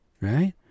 right